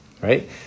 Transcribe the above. right